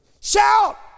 Shout